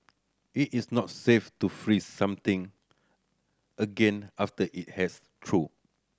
it is not safe to freeze something again after it has thawed